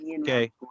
okay